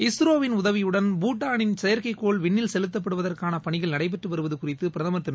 இஸ்ரோவின் உதவியுடன் பூட்டானின் செயற்கைக்கோள் விண்ணில் செலுத்தப்படுவதற்கான பணிகள் நடைபெற்று வருவது குறித்து பிரதம் திரு